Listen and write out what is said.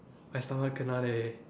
I somehow kena leh